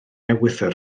ewythr